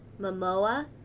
Momoa